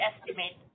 estimate